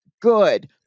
good